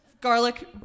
Garlic